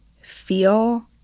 feel